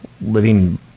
living